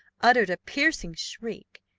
uttered a piercing shriek,